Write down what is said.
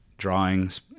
Drawings